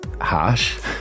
harsh